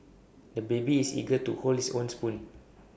the baby is eager to hold his own spoon